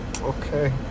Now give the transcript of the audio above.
Okay